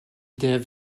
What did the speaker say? der